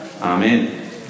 Amen